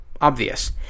obvious